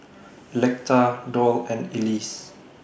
Electa Doll and Elease